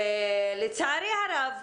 לצערי הרב,